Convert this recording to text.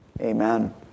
Amen